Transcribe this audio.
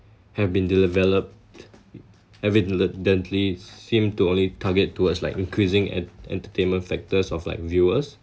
have been developed evidently seem to only target towards like increasing ent~ entertainment factors of like viewers